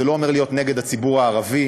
זה לא אומר להיות נגד הציבור הערבי,